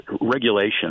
regulation